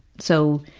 so,